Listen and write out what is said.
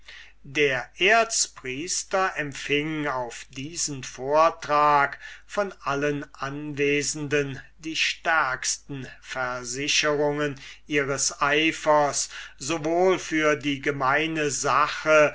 der erzpriester empfing auf diesen vortrag von allen anwesenden die stärksten versicherungen ihres eifers sowohl für die gemeine sache